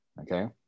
okay